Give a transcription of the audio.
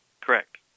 Correct